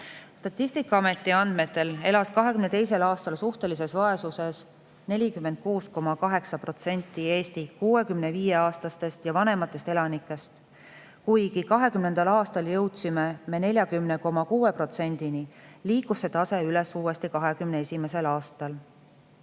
Statistikaameti andmetel elas 2022. aastal suhtelises vaesuses 46,8% Eesti 65‑aastastest ja vanematest elanikest. Kuigi 2020. aastal jõudsime me 40,6%‑ni, liikus see tase uuesti üles 2021. aastal